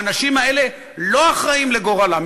האנשים האלה לא אחראים לגורלם.